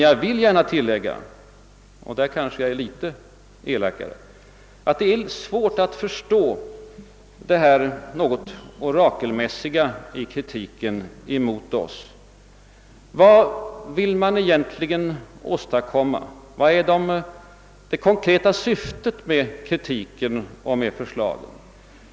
Jag vill gärna tillägga — där är jag kanske litet elakare — att det är svårt att förstå det något orakelmässiga i kritiken mot oss. Vad vill man egentligen åstadkomma? Vilket är det konkreta syftet med kritiken och förslagen?